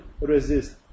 resist